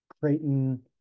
creighton